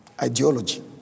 Ideology